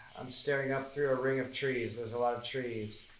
i'm staring up through a ring of trees. there's a lot of trees.